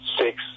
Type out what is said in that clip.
six